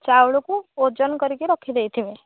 ଚାଉଳକୁ ଓଜନ କରିକି ରଖିଦେଇଥିବେ